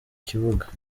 kibuga